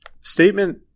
statement